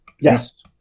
Yes